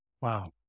Wow